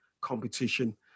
competition